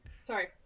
Sorry